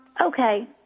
okay